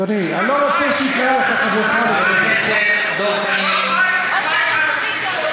ברצועת-עזה יש מצוקת מים,